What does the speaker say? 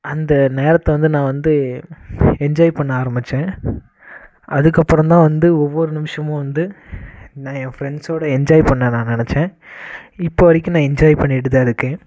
அந்த நேரத்தை வந்து நான் வந்து என்ஜாய் பண்ண ஆரம்பித்தேன் அதுக்கப்புறந்தான் வந்து ஒவ்வொரு நிமிடமும் வந்து நான் என் ஃப்ரெண்ட்ஸோடு என்ஜாய் பண்ண நான் நினச்சேன் இப்போ வரைக்கும் நான் என்ஜாய் பண்ணிகிட்டுதான் இருக்கேன்